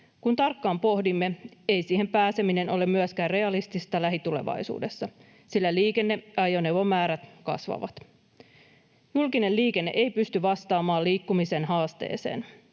Kun tarkkaan pohdimme, ei siihen pääseminen ole myöskään realistista lähitulevaisuudessa, sillä liikenne- ja ajoneuvomäärät kasvavat. Julkinen liikenne ei pysty vastaamaan liikkumisen haasteeseen.